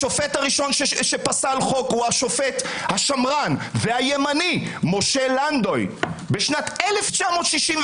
השופט הראשון שפסל חוק הוא השופט השמרן והימני משה לנדוי בשנת 1969,